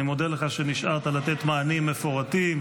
אני מודה לך על שנשארת לתת מענים מפורטים.